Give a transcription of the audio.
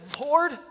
Lord